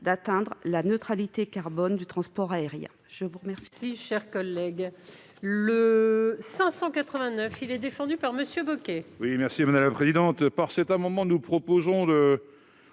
d'atteindre la neutralité carbone du transport aérien.